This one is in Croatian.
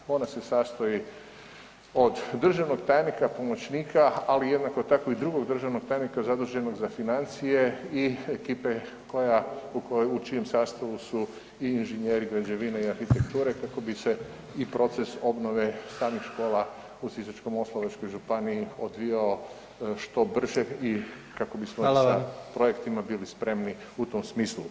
Ona se sastoji od državnog tajnika, pomoćnika, ali jednako tako i drugog državnog tajnika zaduženog za financije i ekipe koja, u kojoj, u čijem sastavu su i inženjeri građevine i arhitekture kako bi se i proces obnove samih škola u Sisačko-moslavačkoj županiji odbijao što brže i kako bismo sa [[Upadica: Hvala vam.]] projektima bili spremni u tom smislu.